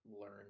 learn